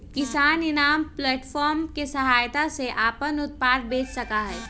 किसान इनाम प्लेटफार्म के सहायता से अपन उत्पाद बेच सका हई